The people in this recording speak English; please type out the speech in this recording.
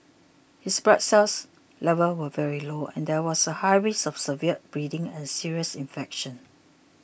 his blood cell levels were very low and there was a high risk of severe bleeding and serious infection